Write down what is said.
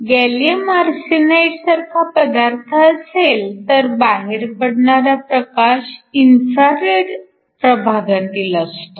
gallium arsenide सारखा पदार्थ असेल तर बाहेर पडणारा प्रकाश इन्फ्रारेड प्रभागातील असतो